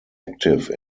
active